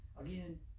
Again